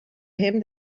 him